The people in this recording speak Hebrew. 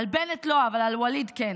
על בנט לא, אבל על ווליד כאן.